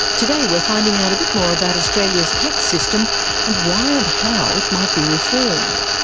today we're finding out a bit more about australia's tax system and why and how it might be reformed.